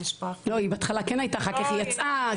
לא, היא בהתחלה כן הייתה, אחר כך היא יצאה.